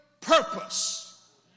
purpose